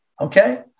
Okay